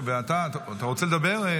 ואתה, אתה רוצה לדבר?